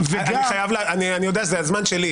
אני יודע שזה הזמן שלי,